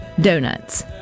donuts